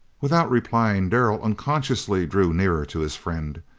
without replying darrell unconsciously drew nearer to his friend,